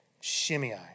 Shimei